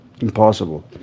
Impossible